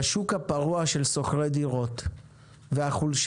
השוק הפרוע של שוכרי דירות והחולשה,